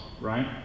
right